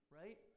right